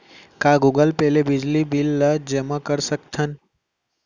का Google Pay ले बिजली बिल ल जेमा कर सकथन?